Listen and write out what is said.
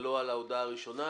ולא על ההודעה הראשונה,